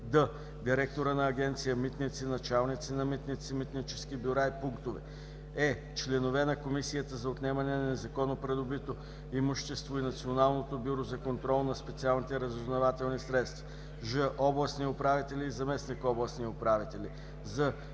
д) директора на Агенция „Митници“, началници на митници, митнически бюра и пунктове; е) членовете на Комисията за отнемане на незаконно придобито имущество и Националното бюро за контрол на специалните разузнавателни средства; ж) областни управители и заместник областни управители;